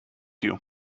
you